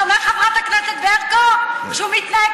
אתה אומר "חברת הכנסת ברקו" כשהוא מתנהג